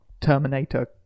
Terminator